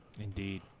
Indeed